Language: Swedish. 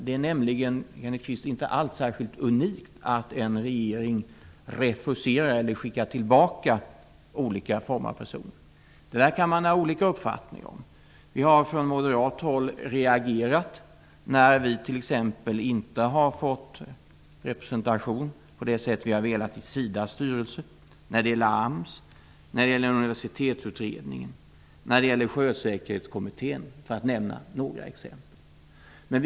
Det är nämligen, Kenneth Kvist, inte alls särskilt unikt att en regeringen skickar tillbaka personer. Det kan man ha olika uppfattning om. Från moderat håll har vi reagerat när vi t.ex. inte har fått representation på det sätt vi har velat - i Sidas styrelse, när det gäller AMS, Universitetsutredningen och Sjösäkerhetskommittén för att nämna några exempel.